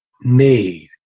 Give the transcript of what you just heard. made